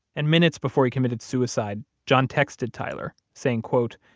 and minutes before he committed suicide, john texted tyler saying, quote,